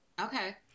Okay